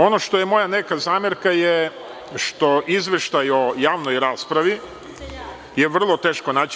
Ono što je moja zamerka je što Izveštaj o javnoj raspravi je vrlo teško naći.